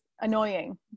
annoying